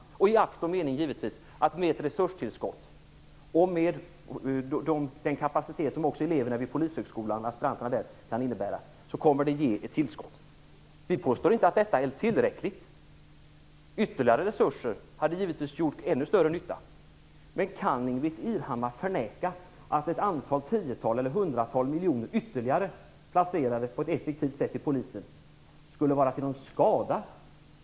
Den kapacitet som eleverna vid Polishögskolan kan innebära, kommer att ge ett tillskott. Vi påstår inte att detta är tillräckligt. Ytterligare resurser hade givetvis gjort ännu större nytta. Men kan Ingbritt Irhammar påstå att ett tiotal eller hundratal miljoner kronor ytterligare placerade på ett effektivt sätt inom polisen skulle vara till skada?